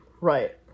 Right